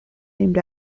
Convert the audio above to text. named